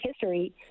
history